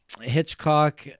Hitchcock